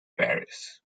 paris